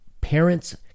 Parents